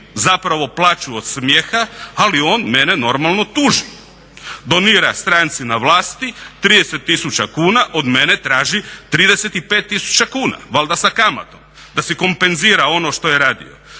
zapravo plaću od smijeha ali on mene normalno tuži. Donira stranici na vlasti 30 tisuća kuna, od mene traži 35 tisuća kuna valjda sa kamatom da si kompenzira ono što je radio.